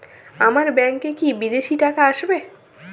আমার ব্যংকে কি বিদেশি টাকা আসবে?